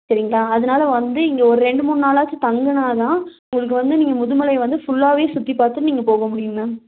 சரிங்களா அதனால வந்து இங்கே ஒரு ரெண்டு மூணு நாளாச்சும் தங்கினா தான் உங்களுக்கு வந்து நீங்கள் முதுமலை வந்து ஃபுல்லாகவே சுற்றிப் பார்த்து நீங்கள் போக முடியும் மேம்